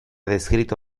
descrito